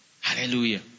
hallelujah